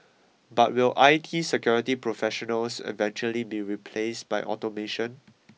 but will I T security professionals eventually be replaced by automation